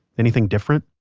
anything different?